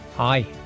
Hi